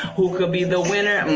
who can be the winner?